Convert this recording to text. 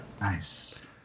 Nice